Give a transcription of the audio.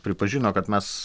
pripažino kad mes